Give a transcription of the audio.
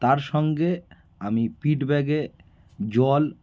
তার সঙ্গে আমি পিঠ ব্যাগে জল